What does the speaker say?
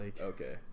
okay